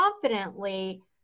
confidently